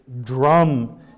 drum